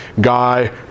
guy